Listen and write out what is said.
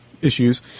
issues